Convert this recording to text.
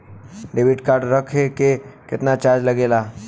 Debit card रखे के केतना चार्ज लगेला?